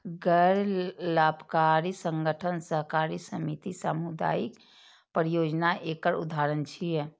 गैर लाभकारी संगठन, सहकारी समिति, सामुदायिक परियोजना एकर उदाहरण छियै